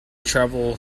travel